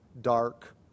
dark